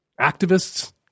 Activists